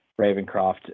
Ravencroft